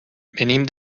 venim